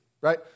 right